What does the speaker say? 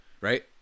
right